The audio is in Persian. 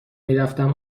میرفتم